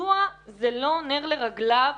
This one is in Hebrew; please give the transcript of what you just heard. מדוע זה לא נר לרגליו?